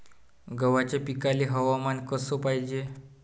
गव्हाच्या पिकाले हवामान कस पायजे?